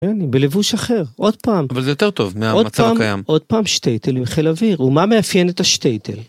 כן, בלבוש אחר, עוד פעם. אבל זה יותר טוב מהמצב הקיים. עוד פעם, עוד פעם שטייטל מחיל אוויר. ומה מאפיין את השטייטל?